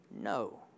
no